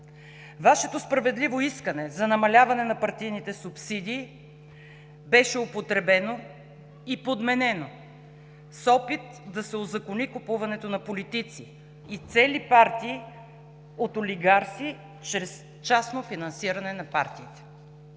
Вашето справедливо искане за намаляване на партийните субсидии беше употребено и подменено с опит да се узакони купуването на политици и цели партии от олигарси чрез частно финансиране на партиите.